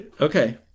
okay